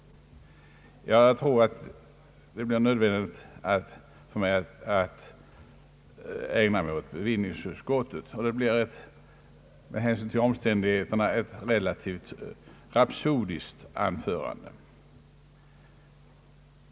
Jag tror att jag lämpligen bör ägna mig åt bevillningsutskottet; med hänsyn till omständigheterna blir det ett relativt rapsodiskt anförande.